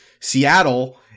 Seattle